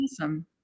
awesome